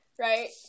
Right